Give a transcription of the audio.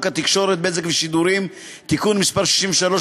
התקשורת (בזק ושידורים) (תיקון מס' 63),